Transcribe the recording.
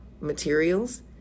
materials